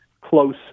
close